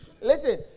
Listen